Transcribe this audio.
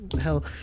hell